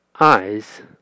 eyes